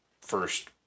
first